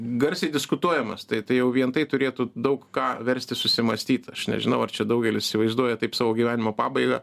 garsiai diskutuojamas tai tai jau vien tai turėtų daug ką versti susimąstyti aš nežinau ar čia daugelis įsivaizduoja taip savo gyvenimo pabaigą